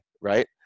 Right